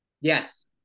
Yes